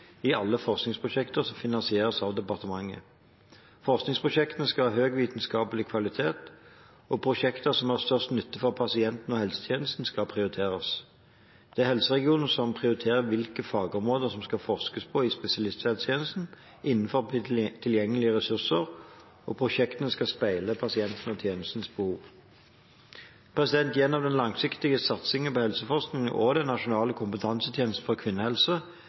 i alle forskningsprosjekter som finansieres av departementet. Forskningsprosjektene skal ha høy vitenskapelig kvalitet, og prosjekter som har størst nytte for pasienten og helsetjenesten, skal prioriteres. Det er helseregionene som prioriterer hvilke fagområder det skal forskes på i spesialisthelsetjenesten, innenfor tilgjengelige ressurser, og prosjektene skal speile pasientenes og tjenestens behov. Gjennom den langsiktige satsingen på helseforskning og Nasjonal kompetansetjeneste for kvinnehelse